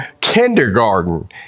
kindergarten